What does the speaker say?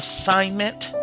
assignment